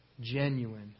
genuine